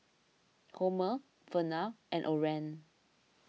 Homer Vernal and Oren